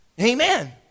amen